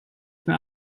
mehr